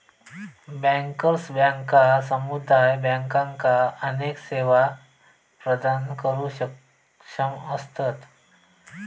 bankers बँका समुदाय बँकांका अनेक सेवा प्रदान करुक सक्षम असतत